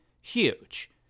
huge